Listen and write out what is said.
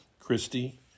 Christy